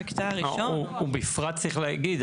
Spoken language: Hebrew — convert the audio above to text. דרור בוימל ובפרט צריך להגיד,